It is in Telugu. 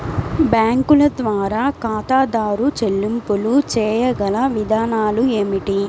బ్యాంకుల ద్వారా ఖాతాదారు చెల్లింపులు చేయగల విధానాలు ఏమిటి?